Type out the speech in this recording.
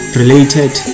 related